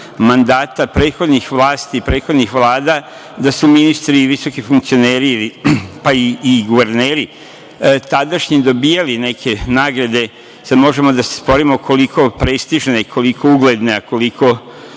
mandata prethodnih vlasti, prethodnih vlada da su ministri i visoki funkcioneri, pa i guverneri dobijali neke nagrade. Sad možemo da se sporimo koliko prestižne, koliko ugledne, koliko